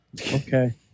okay